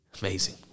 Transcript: Amazing